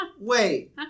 Wait